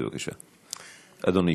בבקשה, אדוני.